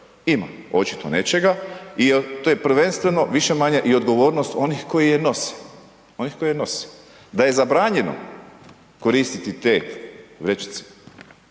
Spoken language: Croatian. Ima očito nečega i to je prvenstveno više-manje i odgovornost onih koje je nose. Da je zabranjeno koristiti te vrećice,